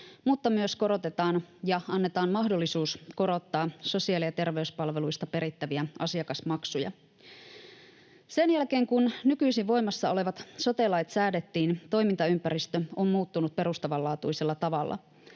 myös korotetaan ja annetaan mahdollisuus korottaa sosiaali- ja terveyspalveluista perittäviä asiakasmaksuja. Sen jälkeen kun nykyisin voimassa olevat sote-lait säädettiin, toimintaympäristö on muuttunut perustavanlaatuisella tavalla.